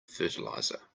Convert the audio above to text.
fertilizer